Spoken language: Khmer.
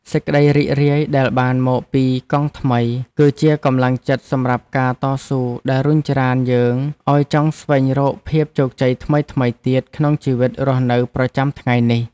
សេចក្ដីរីករាយដែលបានមកពីកង់ថ្មីគឺជាកម្លាំងចិត្តសម្រាប់ការតស៊ូដែលរុញច្រានយើងឱ្យចង់ស្វែងរកភាពជោគជ័យថ្មីៗទៀតក្នុងជីវិតរស់នៅប្រចាំថ្ងៃនេះ។